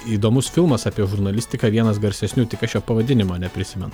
įdomus filmas apie žurnalistiką vienas garsesnių tik aš jo pavadinimo neprisimenu